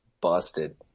busted